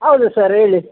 ಹೌದು ಸರ್ ಹೇಳಿ